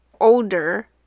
older